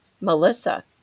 Melissa